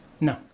No